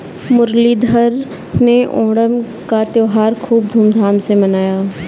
मुरलीधर ने ओणम का त्योहार खूब धूमधाम से मनाया